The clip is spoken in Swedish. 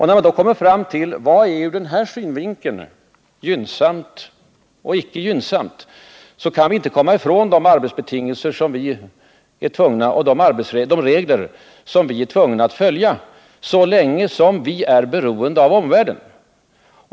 När vi då ur denna synvinkel skall bedöma vad som är gynnsamt och inte gynnsamt kan vi inte se bort från de arbetsbetingelser vi har och de regler som vi är tvungna att följa så länge vi är beroende av omvärlden.